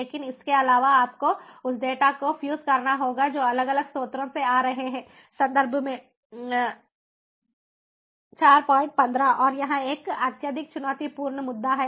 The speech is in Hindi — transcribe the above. लेकिन इसके अलावा आपको उस डेटा को फ़्यूज़ करना होगा जो अलग अलग स्रोतों से आ रहे हैं और यह एक अत्यधिक चुनौतीपूर्ण मुद्दा है